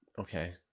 Okay